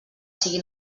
sigui